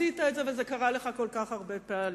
עשית את זה וזה קרה לך כל כך הרבה פעמים.